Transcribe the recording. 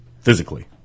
physically